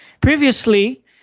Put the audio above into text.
Previously